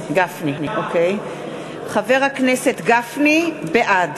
(קוראת בשמות חברי הכנסת) משה גפני, בעד